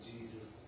Jesus